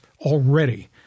already